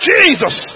Jesus